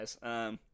guys